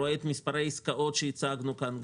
רואה את מספר העסקאות שהצגנו כאן,